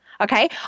Okay